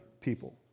people